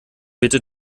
bitte